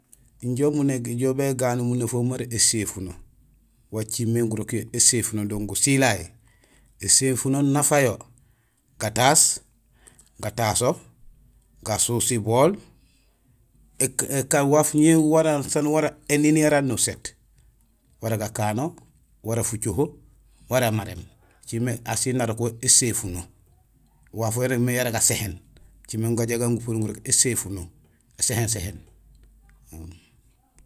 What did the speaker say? Injé umu néjool beganul munafahum mara éséfuno. Wa cimé gurok yo éséfuno don gusilay; éséfuno nafayo: gataas, gataso, gasuus sibool, ékaan waaf ñé wanusaan wara éniin yara aan nuséét; wara gakano, wara fucoho, wara maréém; écimé asil narok wo éséfuno; waaf waan umirmé yara gaséén; écimé gajaaw gagu gupurul gurok éséfuno; éséhéén séhéén